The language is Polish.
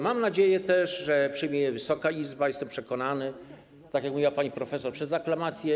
Mam nadzieję, że przyjmie Wysoka Izba, jestem przekonany, tak jak mówiła pani profesor, przez aklamację.